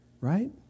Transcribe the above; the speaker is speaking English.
right